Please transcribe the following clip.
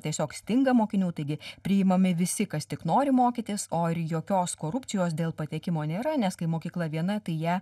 tiesiog stinga mokinių taigi priimami visi kas tik nori mokytis o ir jokios korupcijos dėl patekimo nėra nes kai mokykla viena tai į ją